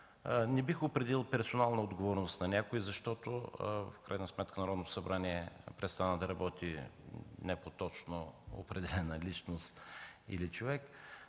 Не бих определил персонална отговорност на някой, защото в крайна сметка Народното събрание престана да работи не по точно определена личност или човек.